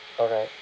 alright